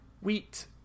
wheat